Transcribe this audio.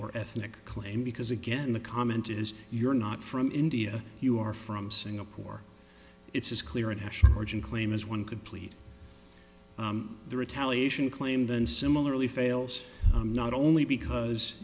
or ethnic claim because again the comment is you're not from india you are from singapore it's as clear a national origin claim as one complete the retaliation claim then similarly fails not only because